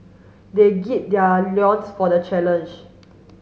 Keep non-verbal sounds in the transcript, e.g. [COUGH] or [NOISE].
they [UNINTELLIGIBLE] their [UNINTELLIGIBLE] for the challenge